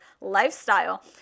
lifestyle